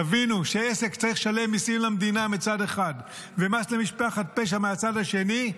תבינו שעסק צריך לשלם מיסים למדינה מצד אחד ומס למשפחת פשע מהצד השני.